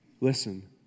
listen